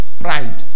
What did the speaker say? pride